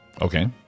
okay